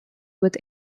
with